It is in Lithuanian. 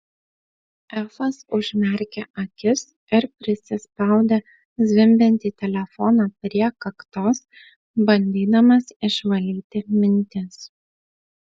efas užmerkė akis ir prisispaudė zvimbiantį telefoną prie kaktos bandydamas išvalyti mintis